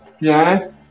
Yes